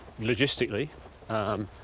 logistically